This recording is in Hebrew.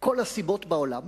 כל הסיבות בעולם